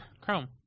Chrome